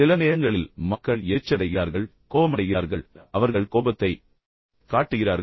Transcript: சில நேரங்களில் மக்கள் எரிச்சலடைகிறார்கள் கோபமடைகிறார்கள் அவர்கள் கோபத்தை காட்டுகிறார்கள்